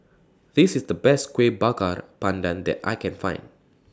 This IS The Best Kueh Bakar Pandan that I Can Find